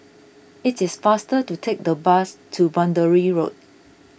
it is faster to take the bus to Boundary Road